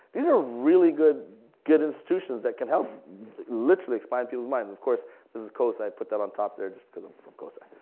these are really good good institutions that can help literally expand people's minds. of course this is cosi. i put that on top there, just because i'm from cosi.